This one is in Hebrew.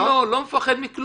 לא, אני לא מפחד מכלום.